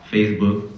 Facebook